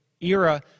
era